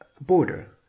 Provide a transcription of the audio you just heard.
border